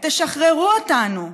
תשחררו אותנו.